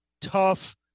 tough